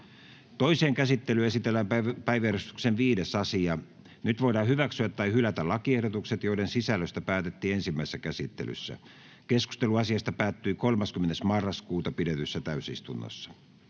Toiseen käsittelyyn esitellään päiväjärjestyksen 5. asia. Nyt voidaan hyväksyä tai hylätä lakiehdotukset, joiden sisällöstä päätettiin ensimmäisessä käsittelyssä. Keskustelu asiasta päättyi 30.11.2022 pidetyssä täysistunnossa.